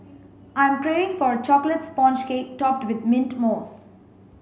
I am craving for a chocolate sponge cake topped with mint mousse